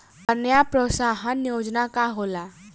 कन्या प्रोत्साहन योजना का होला?